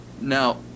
now